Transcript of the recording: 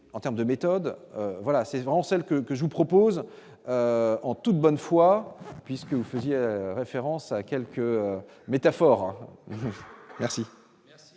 en termes de méthode voilà 16 ans celle que que je vous propose, en toute bonne foi puisque vous faisiez référence à quelques métaphores. Merci.